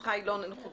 מבחינתך היא לא נחוצה?